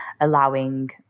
allowing